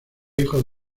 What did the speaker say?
hijos